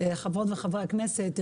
חברות וחברי הכנסת,